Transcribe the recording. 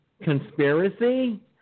Conspiracy